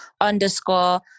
underscore